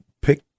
pick